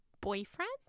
boyfriend